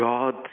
God